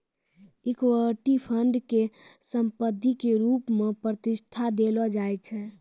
equity fund के संपत्ति के रुप मे प्रतिष्ठा देलो जाय छै